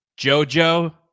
JoJo